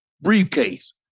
briefcase